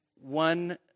one